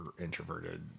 introverted